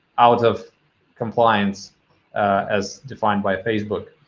out of compliance as defined by facebook.